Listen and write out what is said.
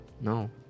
no